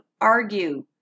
argue